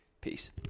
Peace